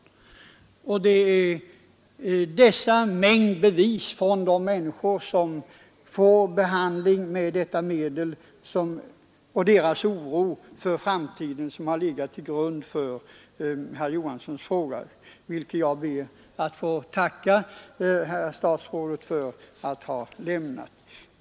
Det finns alltså mängder av människor som får behandling med detta medel. Det är deras oro för framtiden som har föranlett herr Johansson i Skärstad att ställa sin fråga, och jag ber att få tacka herr statsrådet för svaret på den.